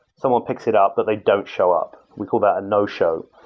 someone picks it up but they don't show up. we call that a no show.